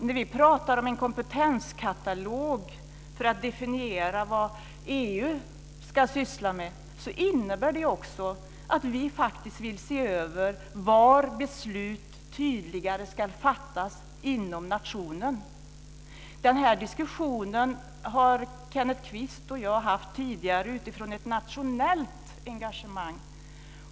När vi pratar om en kompetenskatalog för att definiera vad EU ska syssla med så innebär det också att vi vill se över var beslut på ett tydligare sätt ska fattas inom nationen. Kenneth Kvist och jag har fört den här diskussionen tidigare utifrån ett nationellt engagemang.